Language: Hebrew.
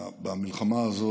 במלחמה הזו